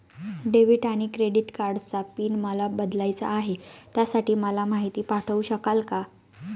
Debit आणि credit कार्डचा pin मला बदलायचा आहे, त्यासाठी मला माहिती पाठवू शकाल का?